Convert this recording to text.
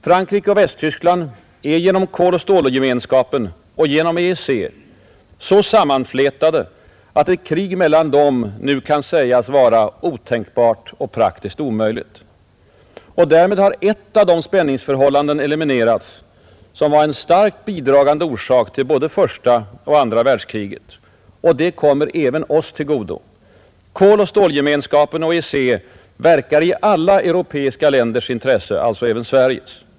Frankrike och Västtyskland är genom koloch stålgemenskapen och genom EEC så sammanflätade att ett krig mellan dem nu kan sägas vara otänkbart och praktiskt omöjligt. Därmed har ett av de spänningsförhållanden eliminerats som var en starkt bidragande orsak till både första och andra världskriget, och det kommer även oss till godo. Koloch stålgemenskapen och EEC verkar i alla europeiska länders intresse, alltså även Sveriges.